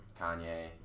Kanye